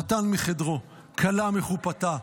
חתן מחדרו, כלה מחופתה.